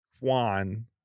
Juan